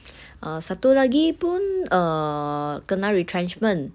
ah satu lagi pun err kena retrenchment